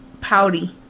Pouty